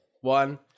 One